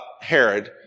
Herod